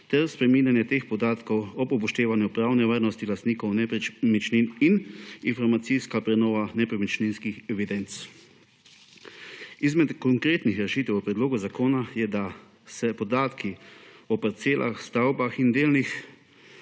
ter spreminjanje teh podatkov ob upoštevanju pravne varnosti lastnikov nepremičnin in informacijska prenova nepremičninskih evidenc. Ena konkretnih rešitev v predlogu zakona je, da se podatki o parcelah, stavbah in delih